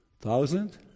Thousand